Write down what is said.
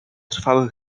trwały